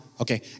okay